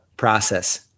process